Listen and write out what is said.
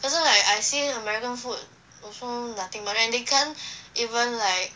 可是 like I seen american food also nothing much and they can't even like